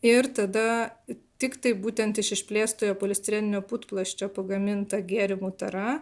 ir tada tiktai būtent iš išplėstojo polistireninio putplasčio pagaminta gėrimų tara